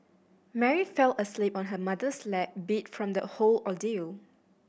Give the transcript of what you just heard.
Mary fell asleep on her mother's lap beat from the whole ordeal